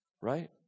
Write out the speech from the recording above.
Right